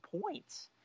points